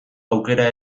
aukera